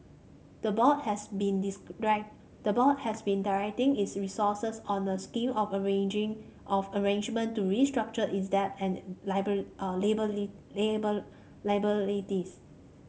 the board has been the board has been directing its resources on a scheme of arranging of arrangement to restructure its debts and lable liabilities